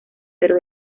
pero